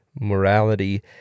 morality